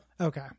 Okay